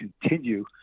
continue